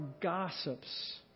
gossips